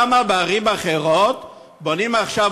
למה בערים אחרות בונים עכשיו,